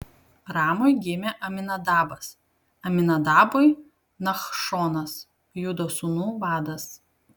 ramui gimė aminadabas aminadabui nachšonas judo sūnų vadas